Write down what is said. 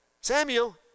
Samuel